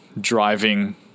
driving